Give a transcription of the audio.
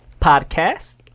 podcast